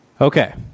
Okay